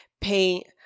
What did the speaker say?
paint